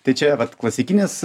tai čia vat klasikinis